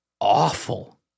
awful